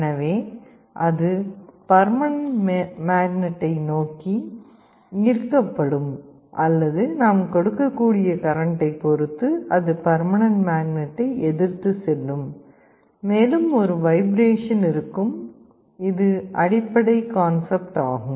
எனவே அது பர்மனென்ட் மேக்னட்டை நோக்கி ஈர்க்கப்படும் அல்லது நாம் கொடுக்க கூடிய கரண்ட்டைப் பொறுத்து அது பர்மனென்ட் மேக்னட்டை எதிர்த்து செல்லும் மேலும் ஒரு வைப்ரேஷன் இருக்கும் இது அடிப்படை கான்செப்ட் ஆகும்